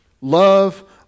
love